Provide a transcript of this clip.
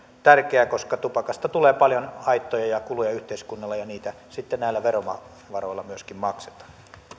tärkeä koska tupakasta tulee paljon haittoja ja kuluja yhteiskunnalle ja niitä sitten myöskin näillä verovaroilla maksetaan